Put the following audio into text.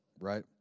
right